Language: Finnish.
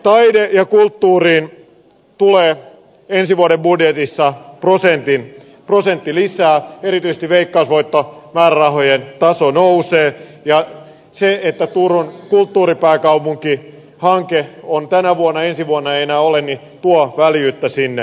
taiteeseen ja kulttuuriin tulee ensi vuoden budjetissa prosentti lisää erityisesti veikkausvoittomäärärahojen taso nousee ja se että turun kulttuuripääkaupunkihanke on tänä vuonna ensi vuonna ei enää ole tuo väljyyttä sinne